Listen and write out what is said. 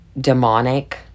demonic